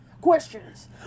Questions